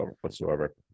whatsoever